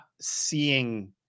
seeing